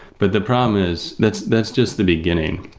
but the problem is that's that's just the beginning.